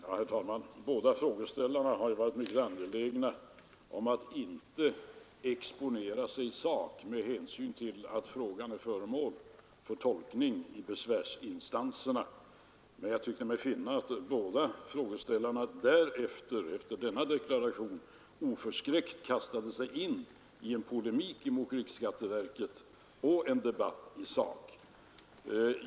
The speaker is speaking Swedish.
Herr talman! Båda frågeställarna har ju varit mycket angelägna om att inte exponera sig i sak med hänsyn till att frågan är föremål för tolkning i besvärsinstanserna. Men jag tycker mig finna att båda frågeställarna, sedan de deklarerat denna inställning, kastade sig oförskräckt in i en polemik mot riksskatteverket och tog upp en debatt i sak.